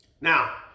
Now